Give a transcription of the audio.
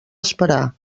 esperar